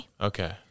Okay